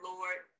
Lord